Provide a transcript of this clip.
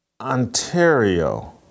Ontario